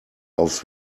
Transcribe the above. aufs